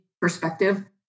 perspective